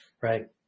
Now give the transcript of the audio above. right